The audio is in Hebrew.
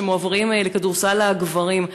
שמועברים לכדורסל הגברים.